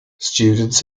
students